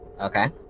Okay